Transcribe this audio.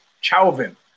Chauvin